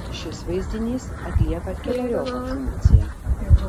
šis vaizdinys atlieka keleriopą funkciją